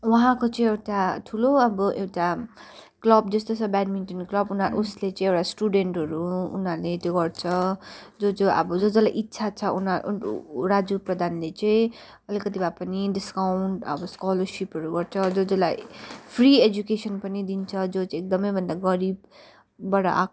उहाँको चाहिँ एउटा ठुलो अब एउटा क्लब जस्तो छ ब्याटमिन्टन क्लब उनी उसले चाहिँ एउटा स्टुडेन्टहरू उनीहरूले त्यो गर्छ जो जो अब जो जोलाई इच्छा छ उनी राजु प्रधानले चाहिँ अलिकति भए पनि डिस्काउन्ट अब स्कोलरसिपहरू गर्छ जो जोलाई फ्रि एजुकेसन पनि दिन्छ जो जो चाहिँ एकदमैभन्दा गरिबबाट आएको